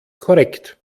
korrekt